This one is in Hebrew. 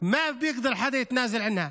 אף אחד לא יכול לוותר עליהם.